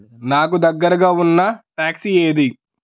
నాకు దగ్గరగా ఉన్న ట్యాక్సీ ఏది